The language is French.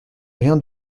rien